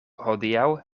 hodiaŭ